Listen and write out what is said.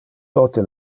tote